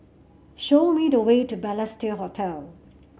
show me the way to Balestier Hotel